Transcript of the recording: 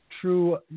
true